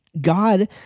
God